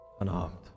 unarmed